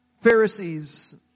Pharisees